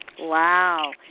Wow